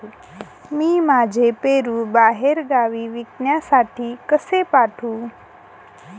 मी माझे पेरू बाहेरगावी विकण्यासाठी कसे पाठवू?